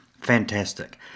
Fantastic